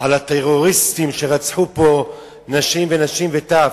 על הטרוריסטים שרצחו פה אנשים, נשים וטף.